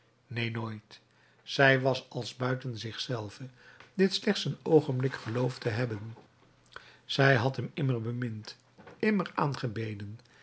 neen nooit zij was als buiten zich zelve dit slechts een oogenblik geloofd te hebben zij had hem immer bemind immer aangebeden